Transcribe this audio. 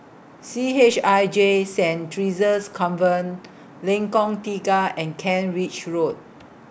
C H I J Saint Theresa's Convent Lengkong Tiga and Kent Ridge Road